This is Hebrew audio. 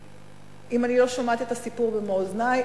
אילולא שמעתי את הסיפור במו אוזני,